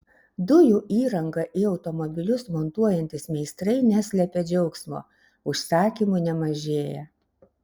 dujų įrangą į automobilius montuojantys meistrai neslepia džiaugsmo užsakymų nemažėja